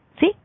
See